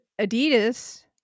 Adidas